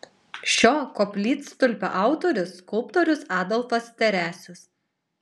šio koplytstulpio autorius skulptorius adolfas teresius